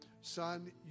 Son